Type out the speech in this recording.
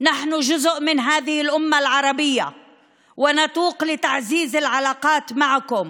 אנחנו חלק מהאומה הערבית הזאת ואנו משתוקקים לחיזוק היחסים איתכם,